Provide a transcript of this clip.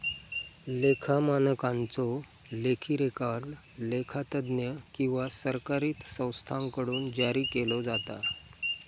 लेखा मानकांचो लेखी रेकॉर्ड लेखा तज्ञ किंवा सरकारी संस्थांकडुन जारी केलो जाता